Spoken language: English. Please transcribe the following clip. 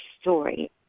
story